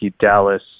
Dallas